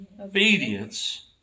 obedience